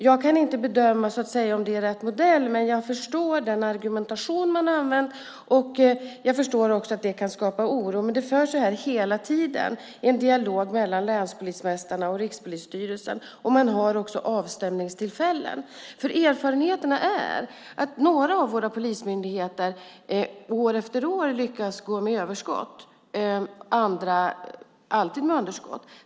Jag kan inte bedöma om det är rätt modell, men jag förstår den argumentation man har använt. Jag förstår också att det kan skapa oro, men det förs hela tiden en dialog mellan länspolismästarna och Rikspolisstyrelsen. Man har också avstämningstillfällen. Erfarenheten är att några av våra polismyndigheter år efter år lyckas gå med överskott, andra alltid med underskott.